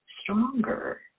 stronger